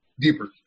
deeper